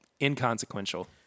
inconsequential